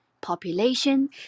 population